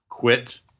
Quit